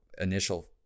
initial –